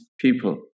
people